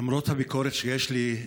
למרות הביקורת שיש לי,